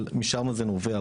אבל משם זה נובע,